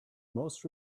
most